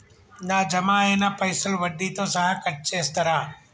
నా జమ అయినా పైసల్ వడ్డీతో సహా కట్ చేస్తరా?